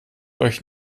euch